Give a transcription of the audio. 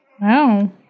Wow